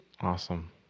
Awesome